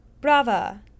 Brava